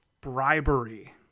Bribery